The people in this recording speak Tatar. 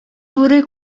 бүре